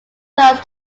stars